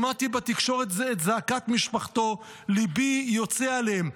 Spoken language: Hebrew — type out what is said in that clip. שמעתי בתקשורת את זעקת משפחתו, ליבי יוצא אליהם.